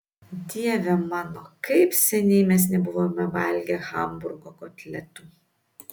dieve mano kaip seniai mes nebuvome valgę hamburgo kotletų